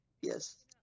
Yes